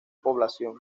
población